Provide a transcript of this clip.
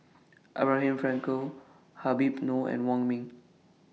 Abraham Frankel Habib Noh and Wong Ming